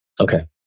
Okay